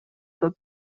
көп